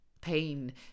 Pain